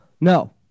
No